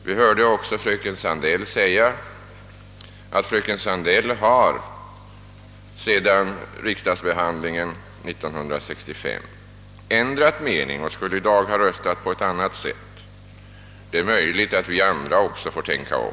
Vi hörde också fröken Sandell säga att hon sedan riksdagsbehandlingen 1965 ändrat mening och att hon i dag skulle ha röstat på ett annat sätt. Det är möjligt att vi andra också får tänka om.